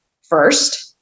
first